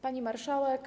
Pani Marszałek!